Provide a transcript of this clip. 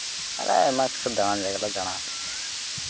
ᱟᱨ ᱟᱭᱢᱟ ᱠᱤᱪᱷᱩ ᱫᱟᱬᱟᱱ ᱡᱟᱭᱜᱟᱞᱮ ᱫᱟᱬᱟ ᱠᱟᱜ ᱜᱮᱭᱟ